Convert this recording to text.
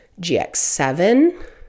GX7